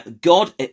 God